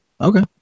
okay